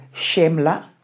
Shemla